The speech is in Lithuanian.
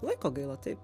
laiko gaila taip